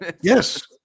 Yes